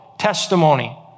testimony